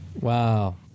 Wow